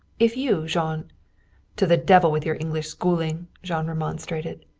if you, jean to the devil with your english schooling! jean remonstrated.